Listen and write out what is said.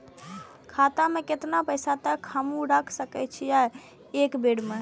खाता में केतना पैसा तक हमू रख सकी छी एक बेर में?